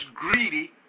greedy